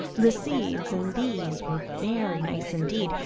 the seeds in these were very nice indeed,